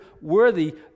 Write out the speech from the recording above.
worthy